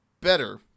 better